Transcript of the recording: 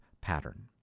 pattern